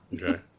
Okay